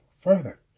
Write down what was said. further